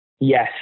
Yes